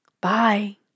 Bye